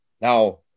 Now